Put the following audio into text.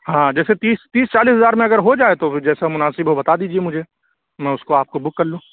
ہاں جیسے تیس تیس چالیس ہزار میں اگر ہو جائے تو پھر جیسا مناسب ہو بتا دیجیے مجھے میں اُس کو آپ کو بک کر لوں